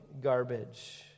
garbage